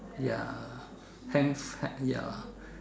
ya hands uh ya